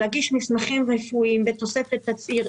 להגיש מסמכים רפואיים בתוספת תצהיר.